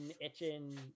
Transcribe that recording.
itching